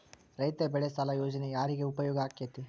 ರೈತ ಬೆಳೆ ಸಾಲ ಯೋಜನೆ ಯಾರಿಗೆ ಉಪಯೋಗ ಆಕ್ಕೆತಿ?